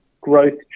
growth